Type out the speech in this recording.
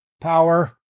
power